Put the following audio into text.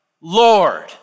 Lord